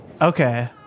Okay